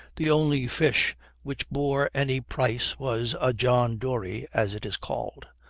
the only fish which bore any price was a john doree, as it is called.